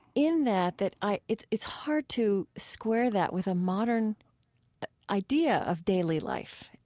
in that that i it's it's hard to square that with a modern idea of daily life.